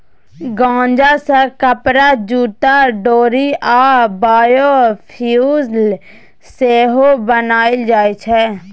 गांजा सँ कपरा, जुत्ता, डोरि आ बायोफ्युल सेहो बनाएल जाइ छै